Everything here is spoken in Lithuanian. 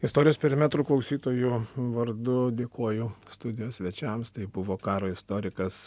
istorijos perimetrų klausytojų vardu dėkoju studijos svečiams tai buvo karo istorikas